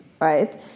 right